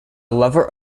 lover